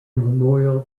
memorial